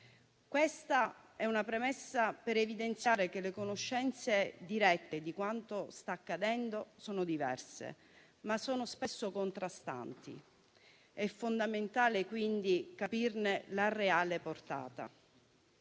Questa è una premessa per evidenziare che le conoscenze dirette di quanto sta accadendo sono diverse e spesso contrastanti; è fondamentale quindi capirne la reale portata.